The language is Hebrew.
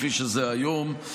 כפי שזה היום,